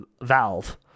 Valve